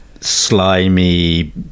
slimy –